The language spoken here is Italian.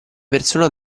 persona